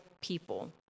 people